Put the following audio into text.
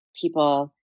people